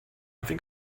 think